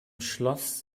schloss